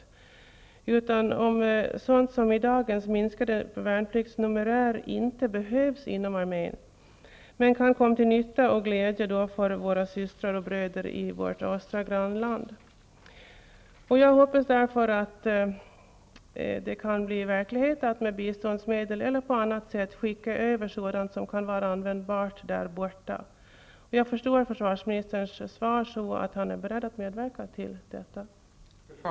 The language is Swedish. Det är fråga om sådant som i dagens minskade värnpliktsnumerär inte behövs inom armén men som kan komma till nytta och glädje för våra systrar och bröder i vårt östra grannland. Jag hoppas verkligen att det kan bli verklighet att med biståndsmedel eller på annat sätt skicka över sådant som kan vara användbart där. Jag förstår försvarsministerns svar så att han är beredd att medverka till detta.